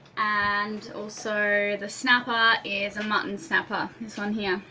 and also the snapper is a mutton snapper, this one here,